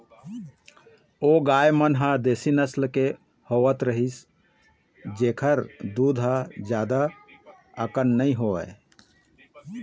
ओ गाय मन ह देसी नसल के होवत रिहिस जेखर दूद ह जादा अकन नइ होवय